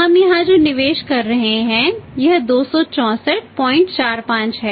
हम यहां जो निवेश कर रहे हैं यह 26445 है